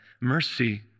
mercy